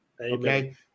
Okay